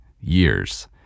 years